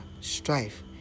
strife